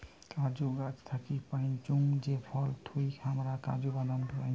কাজু গাছ থাকি পাইচুঙ যে ফল থুই হামরা কাজু বাদাম পাইচুং